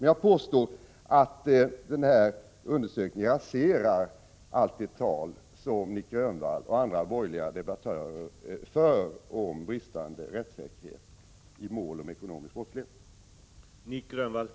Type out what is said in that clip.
Men jag påstår att den här undersökningen nyanserar allt det tal som Nic Grönvall och andra borgerliga debattörer för om bristande rättssäkerhet i mål om ekonomisk brottslighet.